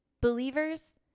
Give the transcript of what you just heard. believers